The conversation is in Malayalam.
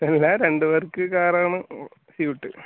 എങ്ങനെ രണ്ട് പേർക്ക് കാറാണ് സ്യൂട്ട്